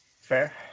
Fair